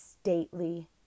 stately